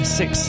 six